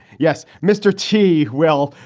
yes, mr. t? well,